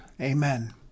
Amen